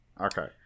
Okay